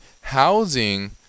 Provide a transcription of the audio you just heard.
housing